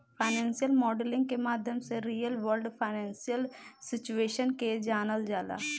financial modelling के माध्यम से रियल वर्ल्ड फाइनेंशियल सिचुएशन के जानल जाला